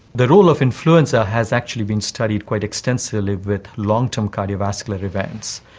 the role of influenza has actually been studied quite extensively with long-term cardiovascular events.